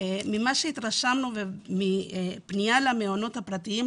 ממה שהתרשמנו ומפנייה למעונות הפרטיים,